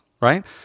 right